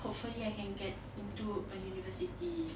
hopefully I can get into a university